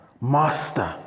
Master